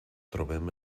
trobem